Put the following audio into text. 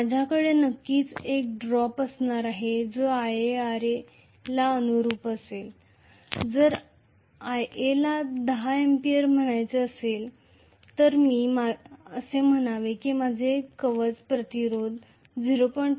माझ्याकडे नक्कीच एक ड्रॉप असणार आहे जो IaRa ला अनुरूप असेल जर Ia ला 10 A म्हणायचे असेल तर मी म्हणावे की माझे आर्मेचर रेझिस्टन्स 0